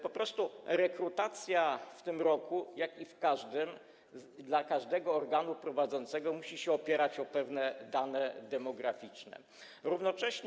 Po prostu rekrutacja w tym roku, jak i w każdym, dla każdego organu prowadzącego musi się opierać na pewnych danych demograficznych.